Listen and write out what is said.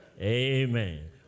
amen